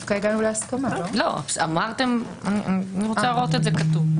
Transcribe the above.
אני רוצה לראות את זה כתוב.